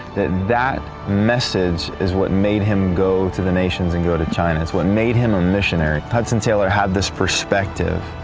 that that message is what made him go to the nations and go to china. it's what made him a missionary. hudson taylor had this perspective